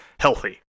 healthy